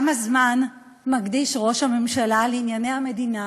כמה זמן מקדיש ראש הממשלה לענייני המדינה